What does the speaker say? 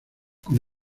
con